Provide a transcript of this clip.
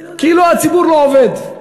כאילו הציבור לא עובד.